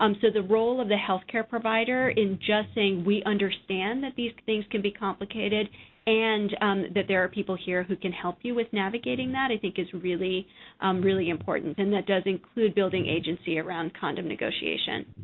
um so, the role of the health care provider in just saying, we understand that these things can be complicated and that there are people here who can help you with navigating that i think it is really um really important, and it does include building agency around condom negotiation.